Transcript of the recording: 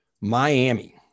Miami